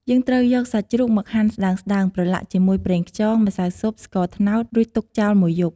យើងត្រូវយកសាច់ជ្រូកមកហាន់ស្តើងៗ ប្រឡាក់ជាមួយ ប្រេងខ្យង ម្សៅស៊ុប ស្ករត្នោត រួចទុកចោលមួយយប់។